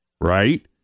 Right